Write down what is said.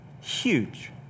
huge